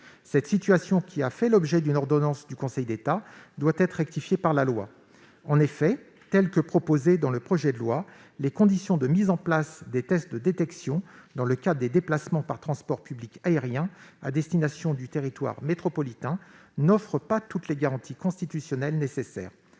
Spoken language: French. Cette situation, qui a fait l'objet d'une ordonnance du Conseil d'État, doit être rectifiée par la loi. En effet, telles qu'elles sont présentées dans le présent projet de loi, les conditions de mise en place des tests de détection dans le cadre des déplacements par transports publics aériens à destination du territoire métropolitain n'offrent pas toutes les garanties constitutionnelles nécessaires.